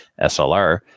SLR